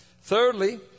Thirdly